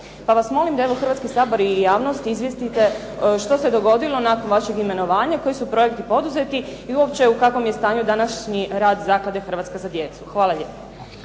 Pa vas molim evo da Hrvatski sabor i javnost izvijestite što se dogodilo nakon vašeg imenovanja, koji su projekti poduzeti i uopće u kakvom je stanju današnji rad zaklade "Hrvatska za djecu". Hvala lijepo.